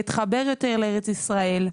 אתחבר יותר לארץ ישראל.